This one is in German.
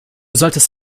solltest